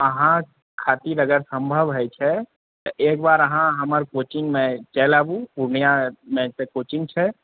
अहाँ खातिर अगर सम्भव होइ छै तऽ एकबार अहाँ हमर कोचिङ्गमे चलि आबू पूर्णियामे कोचिङ्ग छै